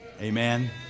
amen